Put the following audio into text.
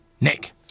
nick